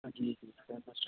جی سر